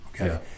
Okay